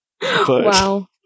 Wow